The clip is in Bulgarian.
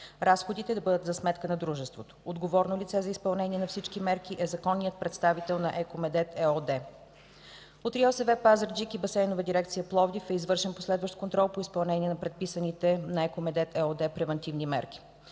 разходите да бъдат за сметка на дружеството; отговорното лице за изпълнение на всички мерки е законният представител на „Еко Медет” ЕООД. От РИОСВ – Пазарджик, и Басейнова дирекция – Пловдив, е извършен последващ контрол по изпълнение на предписаните на „Еко Медет” ЕООД превантивни мерки.